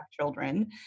children